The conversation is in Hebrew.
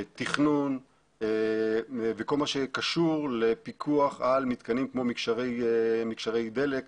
תכנון וכול מה שקשור לפיקוח על מתקנים כמו מגשרי דלק,